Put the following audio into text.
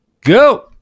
Go